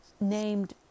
named